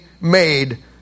made